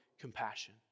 compassion